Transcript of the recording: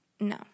no